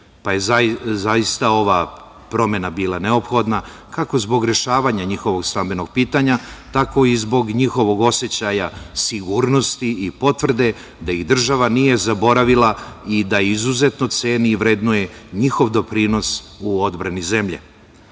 pa je zaista ova promena bila neophodna kako zbog rešavanja njihovog stambenog pitanja, tako i zbog njihovog osećaja sigurnosti i potvrde da ih država nije zaboravila i da izuzetno ceni i vrednuje njihov doprinos u odbrani